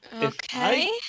Okay